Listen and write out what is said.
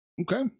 okay